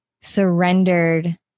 surrendered